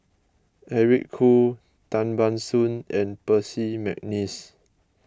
Eric Khoo Tan Ban Soon and Percy McNeice